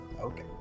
Okay